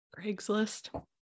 craigslist